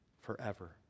forever